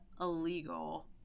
illegal